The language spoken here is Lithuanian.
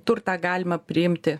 turtą galima priimti